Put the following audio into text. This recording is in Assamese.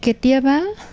কেতিয়াবা